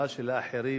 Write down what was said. מה שלאחרים,